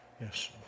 Yes